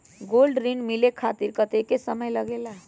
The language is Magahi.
गोल्ड ऋण मिले खातीर कतेइक समय लगेला?